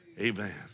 Amen